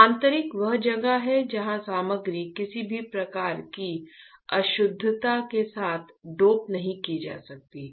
आंतरिक वह जगह है जहां सामग्री किसी भी प्रकार की अशुद्धता के साथ डोप नहीं की जाती है